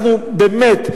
אנחנו באמת,